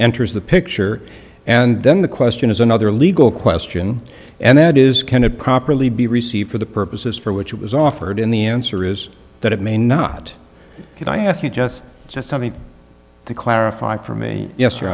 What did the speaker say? enters the picture and then the question is another legal question and that is can it properly be received for the purposes for which it was offered in the answer is that it may not could i ask you just something to clarify for me yes